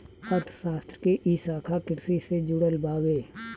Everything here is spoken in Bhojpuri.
अर्थशास्त्र के इ शाखा कृषि से जुड़ल बावे